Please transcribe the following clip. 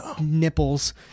nipples